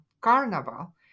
carnival